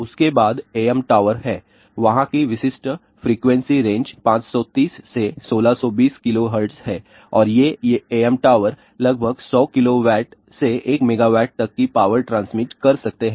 उसके बाद AM tower हैं वहां की विशिष्ट फ्रीक्वेंसी रेंज 530 से 1620 KHz है और ये AM टॉवर लगभग 100 KW से 1 MW तक की पावर ट्रांसमिट कर सकते हैं